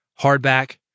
hardback